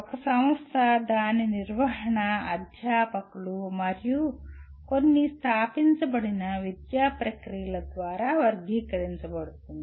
ఒక సంస్థ దాని నిర్వహణ అధ్యాపకులు మరియు కొన్ని స్థాపించబడిన విద్యా ప్రక్రియల ద్వారా వర్గీకరించబడుతుంది